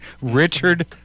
Richard